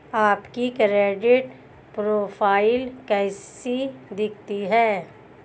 आपकी credit profile कैसी दिखती है?